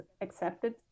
accepted